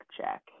check